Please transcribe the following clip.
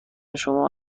شما